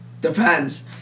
depends